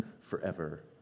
forever